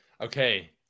Okay